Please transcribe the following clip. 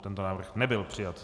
Tento návrh nebyl přijat.